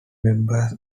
member